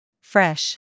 Fresh